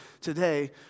today